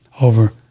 over